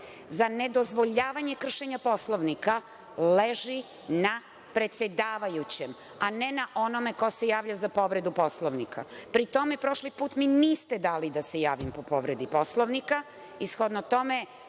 za ne dozvoljavanje kršenja Poslovnika leži na predsedavajućem, a ne na onome ko se javlja za povredu Poslovnika. Pri tome, prošli put mi niste dali da se javim po povredi Poslovnika i shodno tome